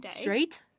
Straight